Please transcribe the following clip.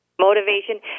motivation